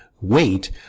weight